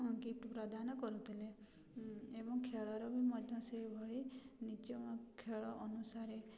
gift ପ୍ରଦାନ କରୁଥିଲେ ଏବଂ ଖେଳର ବି ମଧ୍ୟ ସେହିଭଳି ନିଜ ଖେଳ ଅନୁସାରେ